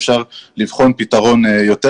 אני מסכים אתך שאפשר לבחון פתרון יותר